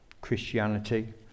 Christianity